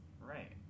Right